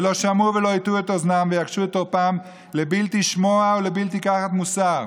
ולא שמעו ולא הִטו את אזנם ויקשו את עֹרפם לבלתי שמוע ולבלתי קחת מוסר".